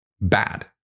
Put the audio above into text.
bad